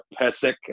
Pesek